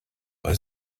bei